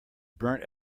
burnt